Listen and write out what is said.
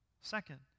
Second